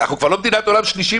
אנחנו כבר לא כמו מדינת עולם שלישי,